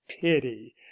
pity